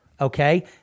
Okay